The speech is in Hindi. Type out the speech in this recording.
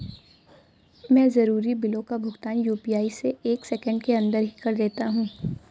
मैं जरूरी बिलों का भुगतान यू.पी.आई से एक सेकेंड के अंदर ही कर देता हूं